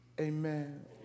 amen